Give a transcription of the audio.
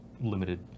limited